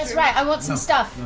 right! i want some stuff.